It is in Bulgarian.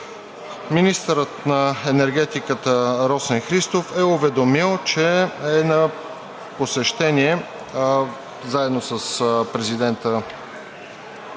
министърът на енергетиката Росен Христов е уведомил, че е на посещение заедно с президента, и